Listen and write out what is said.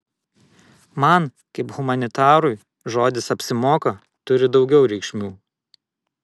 man kaip humanitarui žodis apsimoka turi daugiau reikšmių